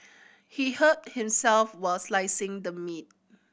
he hurt himself while slicing the meat